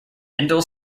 mendel